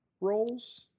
roles